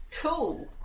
Cool